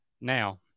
now